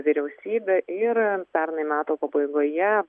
vyriausybe ir pernai metų pabaigoje